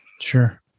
Sure